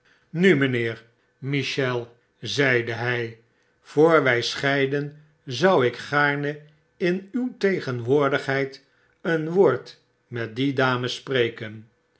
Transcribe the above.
nu mijnheer michel zeide hij voor wij scheiden zou ikgaarne in uw tegenwoordigheid een woord met die dames spreken